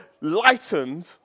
lightened